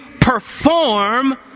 perform